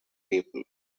april